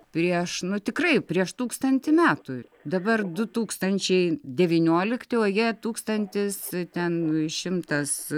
prieš natikrai prieš tūkstantį metų dabar du tūkstančiai devyniolikti o jie tūkstantis ten šimtas